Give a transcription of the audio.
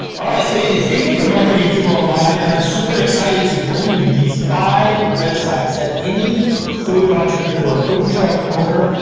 all right, so it is damian from marketing and food online, and i'm super excited to bring you these five websites that any food entrepreneur, food truck owner,